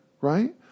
right